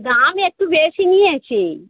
দাম একটু বেশি নিয়েছে